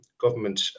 government